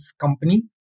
company